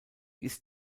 ist